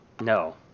No